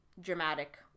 dramatic